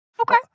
Okay